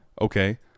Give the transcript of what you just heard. okay